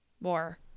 more